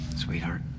Sweetheart